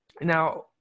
Now